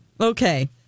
Okay